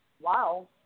Wow